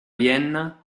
vienna